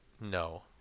No